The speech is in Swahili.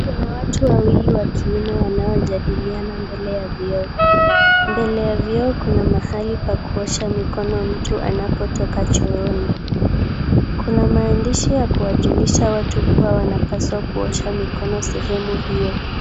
Kuna watu wawili wa kiume wanaojadiliana mbele ya vyoo. Mbele ya vyoo kuna mahali pa kuosha mikono mtu anapotoka chooni. Kuna maandishi ya kuwajulisha watu kuwa wanapaswa kuosha mikono sehemu hiyo.